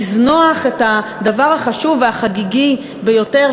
לזנוח את הדבר החשוב והחגיגי ביותר,